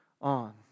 on